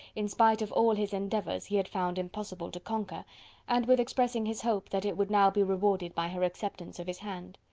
in spite of all his endeavours, he had found impossible to conquer and with expressing his hope that it would now be rewarded by her acceptance of his hand.